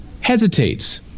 hesitates